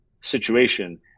situation